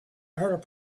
heard